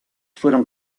fueron